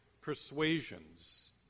persuasions